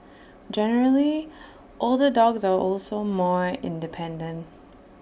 generally older dogs are also more independent